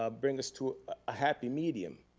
um bring us to a happy medium.